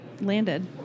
Landed